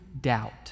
doubt